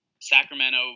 Sacramento